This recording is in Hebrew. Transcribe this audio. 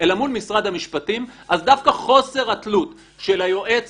אלא מול משרד המשפטים - אז דווקא חוסר התלות של היועץ